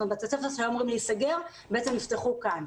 כלומר בתי ספר שהיו אמורים להיסגר בעצם נפתחו כאן.